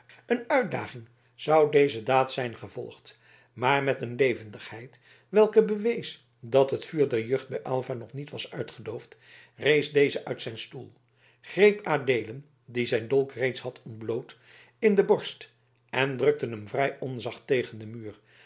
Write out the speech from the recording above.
een uitdaging zou deze daad zijn gevolgd maar met een levendigheid welke bewees dat het vuur der jeugd bij aylva nog niet was uitgedoofd rees deze uit zijn stoel greep adeelen die zijn dolk reeds had ontbloot in de borst en drukte hem vrij onzacht tegen den muur